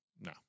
no